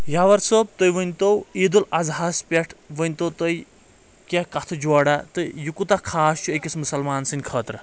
یاور صٲب تُہۍ ؤنتو عید الاضحیٰ ہس پٮ۪ٹھ ؤنتو تُہۍ کینٛہہ کتھہٕ جوراہ تہٕ یہِ کوٗتاہ خاص چھُ أکِس مسلمان سٕنٛدۍ خٲطرٕ